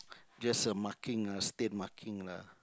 just a marking ah stain marking lah